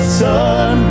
sun